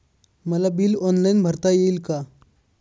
मला bill online भरता येईल का?